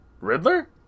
Riddler